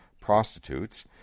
prostitutes